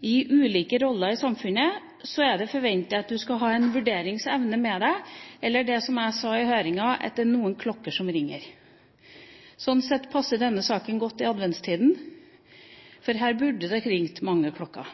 i ulike roller i samfunnet, er det forventet at du skal ha en vurderingsevne med deg, eller, som jeg sa i høringen, at det er noen klokker som ringer. Sånn sett passer denne saken godt i adventstida, for her